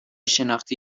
شناختی